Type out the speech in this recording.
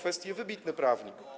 Wybitny prawnik.